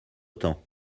temps